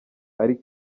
ari